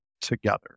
together